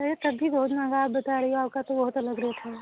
अरे तब भी बहुत महँगा आप बता रही हो आपका तो बहुत अलग रेट है